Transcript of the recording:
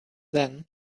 then